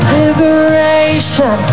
liberation